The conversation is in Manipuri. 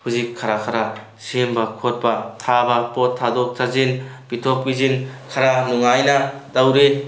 ꯍꯧꯖꯤꯛ ꯈꯔ ꯈꯔ ꯁꯦꯝꯕ ꯈꯣꯠꯄ ꯊꯥꯕ ꯄꯣꯠ ꯊꯥꯗꯣꯛ ꯊꯥꯖꯤꯟ ꯄꯤꯊꯣꯛ ꯄꯤꯁꯤꯟ ꯈꯔ ꯅꯨꯡꯉꯥꯏꯅ ꯇꯧꯔꯤ